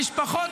תגיד למשפחות